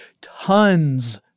tons